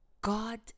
God